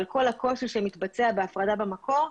עם כל הקושי בהפרדה במקור,